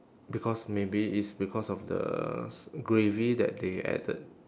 because maybe it's because of the s~ gravy that they added